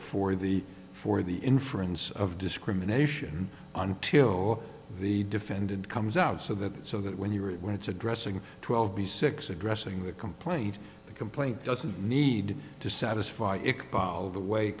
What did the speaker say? for the for the inference of discrimination until the defendant comes out so that so that when you are it when it's addressing twelve b six addressing the complaint a complaint doesn't need to satisfy it by the way